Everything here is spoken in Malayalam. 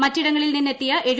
മറ്റിടങ്ങളിൽ നിന്നെത്തിയ എം